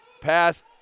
Pass